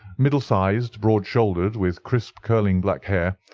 middle-sized, broad shouldered, with crisp curling black hair,